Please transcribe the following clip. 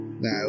Now